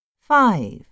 five